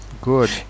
Good